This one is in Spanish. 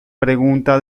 pregunta